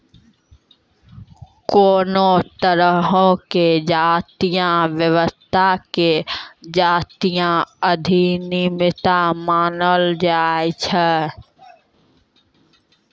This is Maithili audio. कोनो तरहो के जातीय व्यवसाय के जातीय उद्यमिता मानलो जाय छै